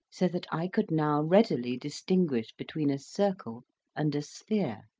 so that i could now readily distinguish between a circle and a sphere,